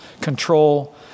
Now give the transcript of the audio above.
control